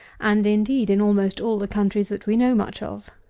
and, indeed, in almost all the countries that we know much of.